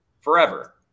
forever